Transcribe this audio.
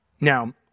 Now